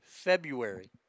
February